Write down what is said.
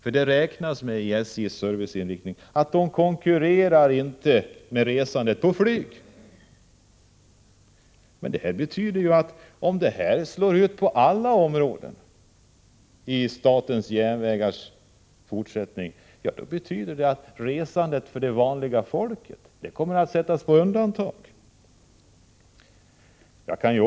Med SJ:s serviceinriktning räknas det inte som att man konkurrerar med flygresandet. Om det här tillämpas fullt ut kan det komma att betyda att tågresandet för vanliga människor sätts på undantag.